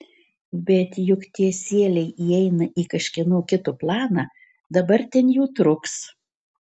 bet juk tie sieliai įeina į kažkieno kito planą dabar ten jų truks